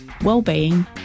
well-being